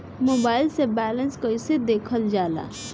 Mobile से balance कइसे देखल जाला?